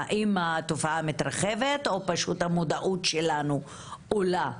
האם התופעה מתרחבת או פשוט המודעות שלנו עולה.